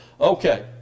okay